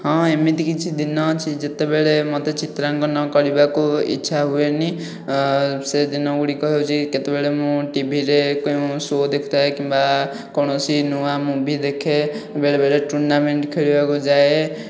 ହଁ ଏମିତି କିଛିଦିନ ଅଛି ଯେତେବେଳେ ମୋତେ ଚିତ୍ରାଙ୍କନ କରିବାକୁ ଇଛା ହୁଏନି ଅ ସେ ଦିନଗୁଡ଼ିକ ହେଉଛି କେତେବେଳେ ମୁଁ ଟିଭିରେ ଶୋ ଦେଖୁଥାଏ କିମ୍ବା କୌଣସି ନୂଆ ମୁଭି ଦେଖେ ବେଳେ ବେଳେ ଟୁର୍ଣ୍ଣାମେଣ୍ଟ ଖେଳିବାକୁ ଯାଏ